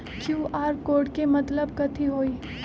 QR code के मतलब कथी होई?